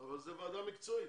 אבל זו ועדה מקצועית,